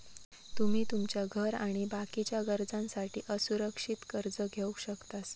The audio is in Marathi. तुमी तुमच्या घर आणि बाकीच्या गरजांसाठी असुरक्षित कर्ज घेवक शकतास